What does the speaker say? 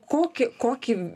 kokį kokį